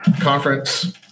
conference